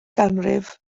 ganrif